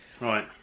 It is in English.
right